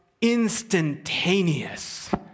instantaneous